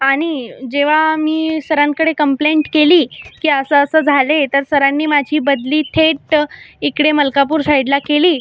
आणि जेव्हा मी सरांकडे कम्प्लेंट केली की असं असं झाले तर सरांनी माझी बदली थेट इकडे मलकापूर साईडला केली